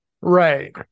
Right